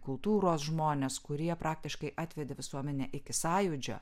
kultūros žmones kurie praktiškai atvedė visuomenę iki sąjūdžio